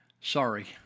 Sorry